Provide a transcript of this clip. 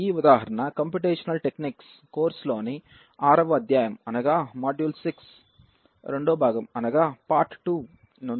ఈ ఉదాహరణ computational techniques కోర్సులోని ఆరవ అధ్యాయం రెండో భాగం నుండి తీసుకున్నాం